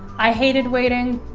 i hated waiting,